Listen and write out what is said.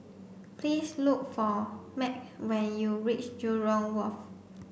please look for Mack when you reach Jurong Wharf